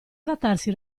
adattarsi